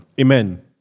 amen